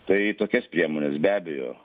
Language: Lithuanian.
tai tokias priemones be abejo